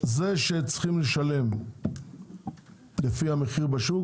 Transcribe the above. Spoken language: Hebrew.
זה שצריכים לשלם לפי המחיר בשוק,